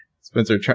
Spencer